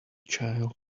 child